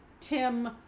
Tim